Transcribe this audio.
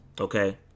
Okay